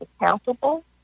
accountable